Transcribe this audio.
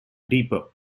depot